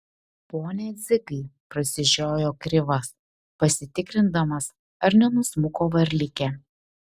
pone dzigai prasižiojo krivas pasitikrindamas ar nenusmuko varlikė